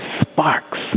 sparks